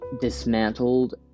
dismantled